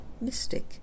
mystic